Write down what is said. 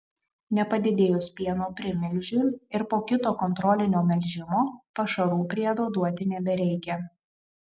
nepadidėjus pieno primilžiui ir po kito kontrolinio melžimo pašarų priedo duoti nebereikia